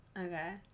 okay